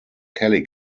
kelly